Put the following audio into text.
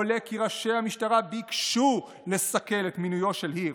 עולה כי ראשי המשטרה ביקשו לסכל את מינויו של הירש.